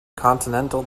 continental